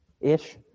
ish